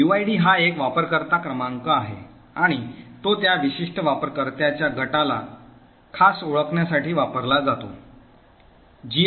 UID हा एक वापरकर्ता क्रमांक आहे आणि तो त्या विशिष्ट वापरकर्त्याच्या गटाला खास ओळखण्यासाठी वापरला जातो